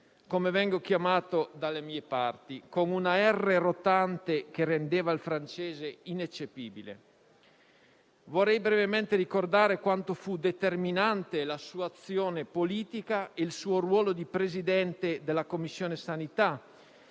come vengo chiamato dalle mie parti, con un R rotante che rendeva il francese ineccepibile. Vorrei brevemente ricordare quanto furono determinanti la sua azione politica e il suo ruolo di presidente della Commissione sanità